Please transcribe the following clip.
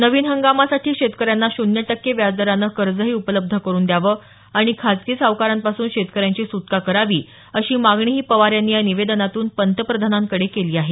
नवीन हंगामासाठी शेतकऱ्यांना शून्य टक्के व्याज दरानं कर्जही उपलब्ध करून द्यावं आणि खासगी सावकारांपासून शेतकऱ्यांची सुटका करावी अशी मागणीही पवार यांनी या निवेदनातून पंतप्रधानांकडे केली आहे